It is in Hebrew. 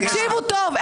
תקשיבו טוב,